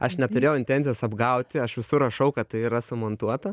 aš neturėjau intencijos apgauti aš visur rašau kad tai yra sumontuota